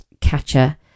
catcher